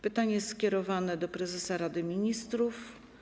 Pytanie jest skierowane do prezesa Rady Ministrów.